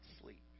sleep